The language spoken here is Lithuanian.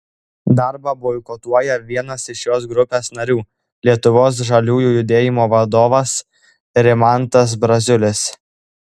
darbą boikotuoja vienas iš šios grupės narių lietuvos žaliųjų judėjimo vadovas rimantas braziulis